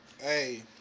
Hey